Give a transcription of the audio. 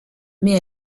mais